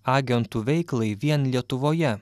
agentų veiklai vien lietuvoje